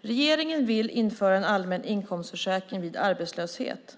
Regeringen vill införa en allmän inkomstförsäkring vid arbetslöshet.